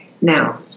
Now